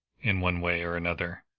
in one way or another,